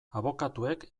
abokatuek